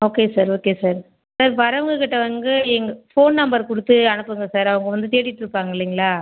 okay sir okay sir sir வரவங்ககிட்ட வந்து எங்க ஃபோன் நம்பர் கொடுத்து அனுப்புங்கள் சார் அவங்க வந்து தேடிட்டுருப்பாங்க இல்லைங்களா